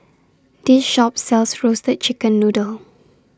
This Shop sells Roasted Chicken Noodle